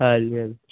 ਹਾਂਜੀ ਹਾਂਜੀ